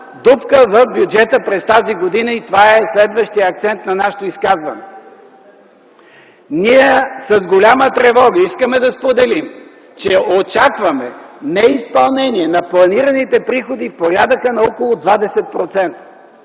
дупка в бюджета през тази година, и това е следващият акцент на нашето изказване. Ние с голяма тревога искаме да споделим, че очакваме неизпълнение на планираните приходи в порядъка на около 20%.